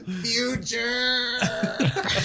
Future